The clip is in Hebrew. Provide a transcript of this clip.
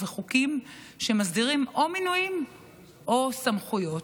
וחוקים שמסדירים או מינויים או סמכויות,